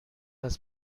است